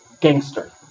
gangster